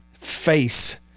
face